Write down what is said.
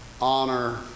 honor